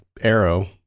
Arrow